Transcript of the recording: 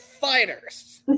fighters